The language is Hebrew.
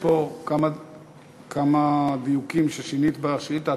יש פה כמה דיוקים ששינית בשאילתה.